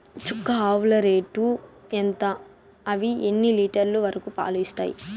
చుక్క ఆవుల రేటు ఎంత? అవి ఎన్ని లీటర్లు వరకు పాలు ఇస్తాయి?